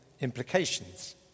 implications